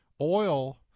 Oil